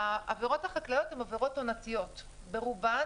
העבירות החקלאיות הן עבירות עונתיות ברובן,